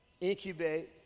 incubate